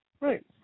Right